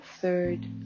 third